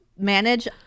Manage